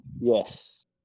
Yes